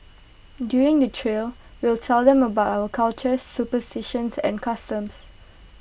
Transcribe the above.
during the trail we'll tell them about our cultures superstitions and customs